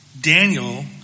Daniel